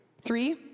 Three